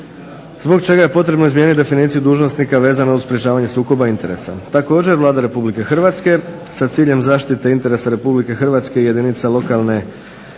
zbog čega je potrebno izmijeniti definiciju dužnosnika vezano uz sprječavanje sukoba interesa. Također Vlada Republike Hrvatske sa ciljem zaštite interesa Republike Hrvatske i jedinica lokalne